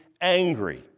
angry